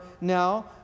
now